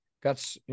got